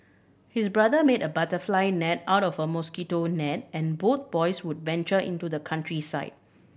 his brother made a butterfly net out of a mosquito net and both boys would venture into the countryside